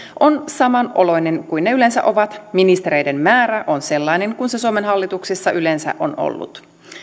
on samanoloinen kuin ne yleensä ovat ministereiden määrä on sellainen kuin se suomen hallituksissa yleensä on ollut